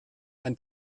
ein